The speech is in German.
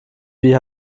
wie